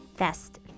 best